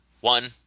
one